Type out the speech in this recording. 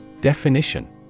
Definition